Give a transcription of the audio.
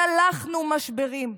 צלחנו משברים,